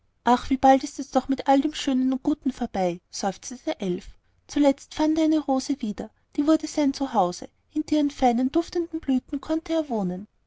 ach wie bald ist es doch mit all dem schönen und guten vorbei seufzte der elf zuletzt fand er eine rose wieder die wurde sein haus hinter ihren feinen und duftenden blättern konnte er wohnen